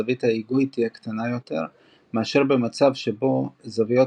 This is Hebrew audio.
זווית ההיגוי תהיה קטנה יותר מאשר במצב שבו זוויות